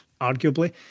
arguably